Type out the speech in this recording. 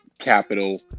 capital